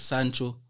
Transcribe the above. Sancho